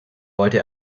wollte